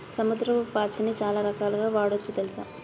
సముద్రపు పాచిని చాలా రకాలుగ వాడొచ్చు తెల్సా